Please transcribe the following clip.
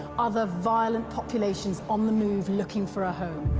other violent populations on the move looking for a home.